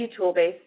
Toolbase